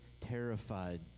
terrified